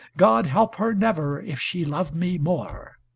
god help her never, if she love me more!